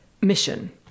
mission